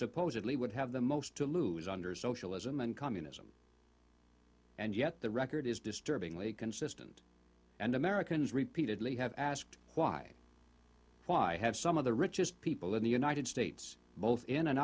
supposedly would have the most to lose under socialism and communism and yet the record is disturbingly consistent and americans repeatedly have asked why why have some of the richest people in the united states both in an